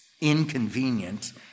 inconvenient